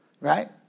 Right